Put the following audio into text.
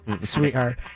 Sweetheart